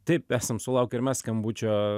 taip esam sulaukę ir mes skambučio